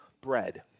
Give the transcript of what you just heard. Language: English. bread